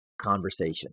conversation